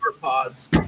pods